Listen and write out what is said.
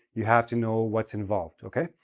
you have to know what's involved, okay?